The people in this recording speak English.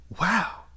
wow